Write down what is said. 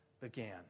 began